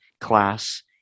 class